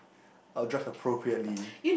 I'll dress appropriately